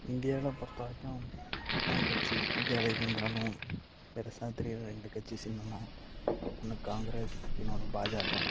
இந்தியாவில் பொறுத்த வரைக்கும் எத்தனை கட்சி இந்தியாவில் இருந்தாலும் பெருசாக தெரிகிற ரெண்டு கட்சி சின்னம்னா ஒன்று காங்கிரஸ் இன்னொன்று பாஜாகா